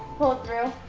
pull through.